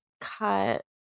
Cut